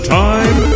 time